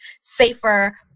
safer